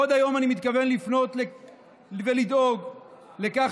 עוד היום אני מתכוון לפנות ולדאוג לכך